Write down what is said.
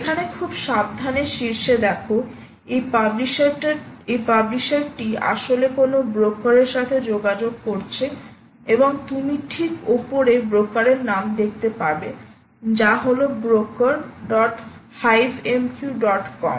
এখানে খুব সাবধানে শীর্ষে দেখো এই পাবলিশার টি আসলে কোনো ব্রোকারের সাথে যোগাযোগ করছে এবং তুমি ঠিক ওপরে ব্রোকারের নাম দেখতে পাবে যা হলো ব্রোকারহাইভএমকিউকম brokerhivemqcom